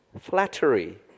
flattery